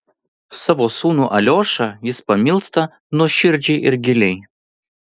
savo sūnų aliošą jis pamilsta nuoširdžiai ir giliai